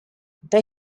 they